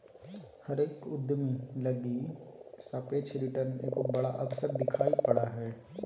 हरेक उद्यमी लगी सापेक्ष रिटर्न एगो बड़ा अवसर दिखाई पड़ा हइ